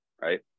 right